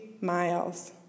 miles